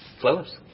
Flowers